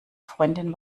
freundin